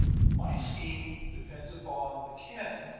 my scheme depends upon the cannon,